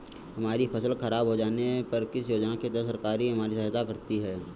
हमारी फसल खराब हो जाने पर किस योजना के तहत सरकार हमारी सहायता करेगी?